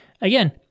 Again